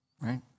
right